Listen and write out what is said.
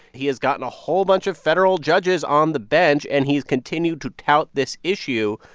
he has gotten a whole bunch of federal judges on the bench. and he's continued to tout this issue.